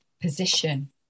position